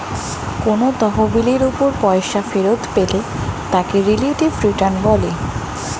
কোন তহবিলের উপর পয়সা ফেরত পেলে তাকে রিলেটিভ রিটার্ন বলে